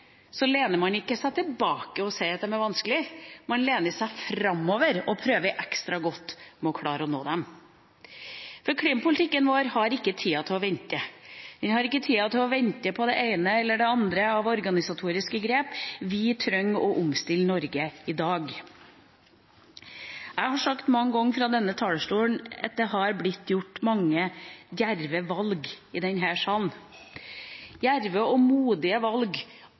lener man seg ikke tilbake og sier at de er vanskelige, man lener seg framover og prøver ekstra godt å klare og nå dem. Klimapolitikken vår har ikke tid til å vente – den har ikke tid til å vente på det ene eller det andre av organisatoriske grep. Vi trenger å omstille Norge i dag. Jeg har sagt mange ganger fra denne talerstol at det har blitt gjort mange djerve valg i denne salen – djerve og modige valg